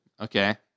Okay